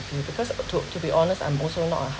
you because to to be honest I'm also not a hard